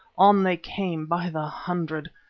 on they came by the hundred.